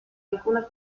alcuna